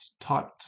typed